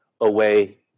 away